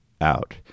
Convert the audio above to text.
out